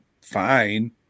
fine